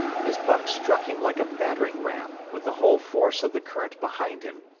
and, as buck struck him like a battering ram, with the whole force of the current behind him,